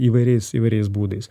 įvairiais įvairiais būdais